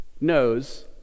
knows